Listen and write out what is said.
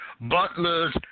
butlers